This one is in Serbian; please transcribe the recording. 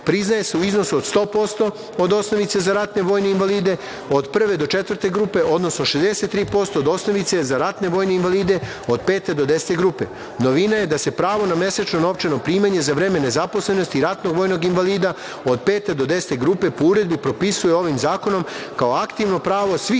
priznaje se u iznosu od 100% od osnovice za ratne vojne invalide, od prve do četvrte grupe, odnosno 63% od osnovice za ratne vojne invalide, od pete do 10 grupe. Novina je da se pravo na mesečno novčano primanje za vreme nezaposlenosti ratnog vojnog invalida od pete do deset grupe, po uredbi, propisuje ovima zakonom kao aktivno pravo svih